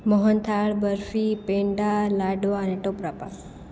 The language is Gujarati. મોહનથાળ બરફી પેંડા લાડવા અને ટોપરાપાક